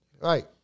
Right